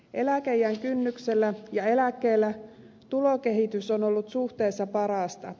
eläkeiän kynnyksellä ja eläkkeellä tulokehitys on ollut suhteessa parasta